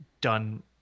done